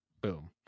boom